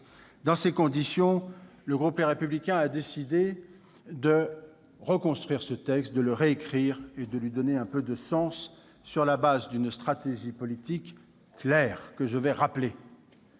Dans ces conditions, le groupe Les Républicains a décidé de reconstruire ce texte, de le réécrire et de lui donner un peu de sens, ... Très bien !... sur le fondement d'une stratégie politique claire, que je vais rappeler.